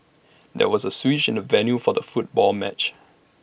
there was A switch in the venue for the football match